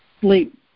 sleep